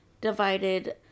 divided